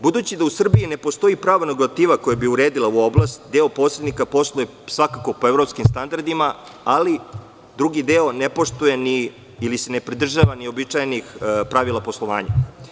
Budući da u Srbiji ne postoji pravna regulativa koja bi uredila ovu oblast, deo posrednika posluje po evropskim standardima, ali drugi deo ne poštuje ili se ne pridržava ni uobičajenih pravila poslovanja.